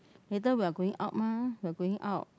later we are going out mah we are going out